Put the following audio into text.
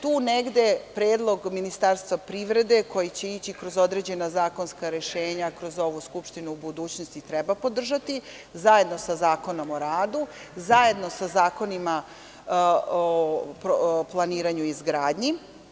Tu negde predlog Ministarstva privrede koji će ići kroz određena zakonska rešenja kroz ovu Skupštinu u budućnosti treba podržati, zajedno sa Zakonom o radu, zajedno sa zakonima o planiranju i izgradnji.